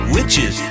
Witches